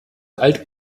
alt